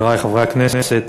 חברי חברי הכנסת,